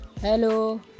Hello